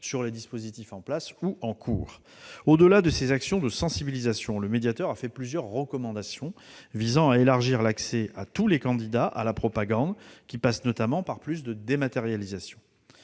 sur les dispositifs en vigueur ou en cours de mise en place. Au-delà de ces actions de sensibilisation, le médiateur a fait plusieurs recommandations visant à élargir l'accès de tous les candidats à la propagande, ce qui passe notamment par un surcroît de dématérialisation.